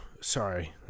Sorry